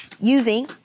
using